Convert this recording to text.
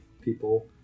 people